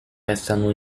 restano